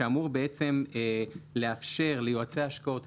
שאמור לאפשר ליועצי השקעות,